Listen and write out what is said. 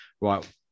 right